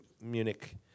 Munich